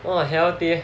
!wah! eh healthy leh